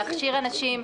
צריך להכשיר אנשים,